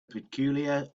peculiar